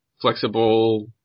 flexible